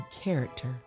character